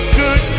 good